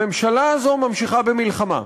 הממשלה הזאת ממשיכה במלחמה,